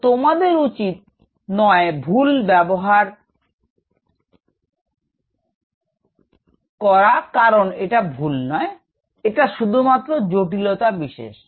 তো তোমাদের উচিত নয় ভুল ব্যাবহার করা কারন এটা ভুল নয় এটা শুধুমাত্র জটিলতা বিশেষ